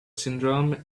syndrome